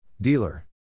Dealer